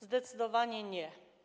Zdecydowanie nie.